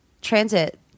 Transit